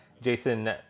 Jason